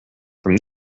from